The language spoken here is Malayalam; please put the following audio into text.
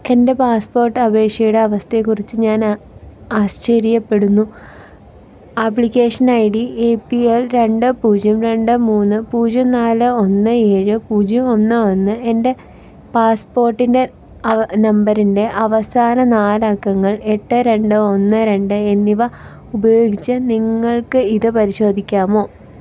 എന്റെ പാസ്പോട്ട് അപേക്ഷയുടെ അവസ്ഥയെ കുറിച്ച് ഞാന് ആശ്ചര്യപ്പെടുന്നു application I D E P L രണ്ട് പൂജ്യം രണ്ട് മൂന്ന് പൂജ്യം നാല് ഒന്ന് ഏഴ് പൂജ്യം ഒന്ന് ഒന്ന് എന്റെ പാസ്സ്പോട്ടിന്റെ നമ്പരിന്റെ അവസാന നാല് അക്കങ്ങള് എട്ട് രണ്ട് ഒന്ന് രണ്ട് എന്നിവ ഉപയോഗിച്ച് നിങ്ങള്ക്ക് ഇത് പരിശോധിക്കാമോ